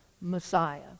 Messiah